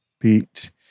beat